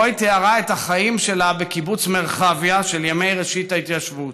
שבו היא תיארה את החיים בקיבוץ מרחביה של ימי ראשית ההתיישבות.